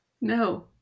No